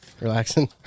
relaxing